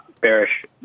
bearish